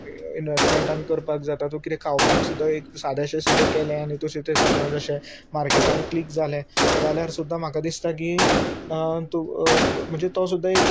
इनवेस्टमेंटान करपाक जाता तूं कितें खावपाक सुद्दा एक सादेशें सुद्दा केलें आनी तशें तें समज अशें मार्केटान क्लीक जालें जाल्यार सुद्दा म्हाका दिसता की म्हणजे तो सुद्दा एक